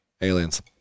Aliens